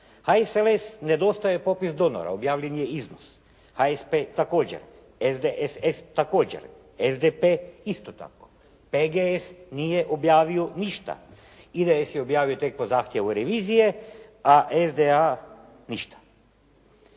HSLS nedostaje popis donora, objavljen je iznos. HSP također. SDSS također. SDP isto tako. PGS nije objavio ništa. IDS je objavio tek po zahtjevu revizije, a SDA ništa.